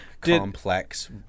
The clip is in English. Complex